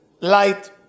light